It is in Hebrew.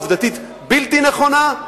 עובדתית בלתי נכונה,